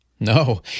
No